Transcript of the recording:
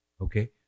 Okay